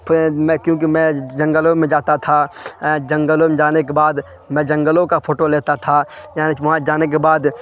پھر میں کیونکہ میں جنگلوں میں جاتا تھا جنگلوں میں جانے کے بعد میں جنگلوں کا فوٹو لیتا تھا یعنی کہ وہاں جانے کے بعد